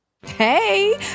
Hey